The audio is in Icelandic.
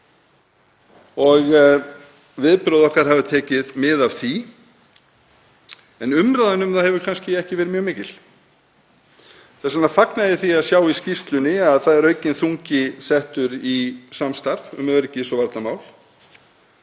og viðbrögð okkar hafa tekið mið af því. En umræðan um það hefur kannski ekki verið mjög mikil. Þess vegna fagna ég því að sjá í skýrslunni að aukinn þungi er settur í samstarf um öryggis- og varnarmál